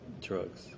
drugs